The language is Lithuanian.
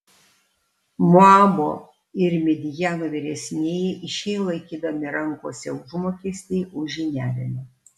moabo ir midjano vyresnieji išėjo laikydami rankose užmokestį už žyniavimą